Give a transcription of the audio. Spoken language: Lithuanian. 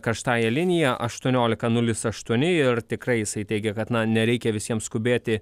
karštąja linija aštuoniolika nulis aštuoni ir tikrai jisai teigė kad na nereikia visiem skubėti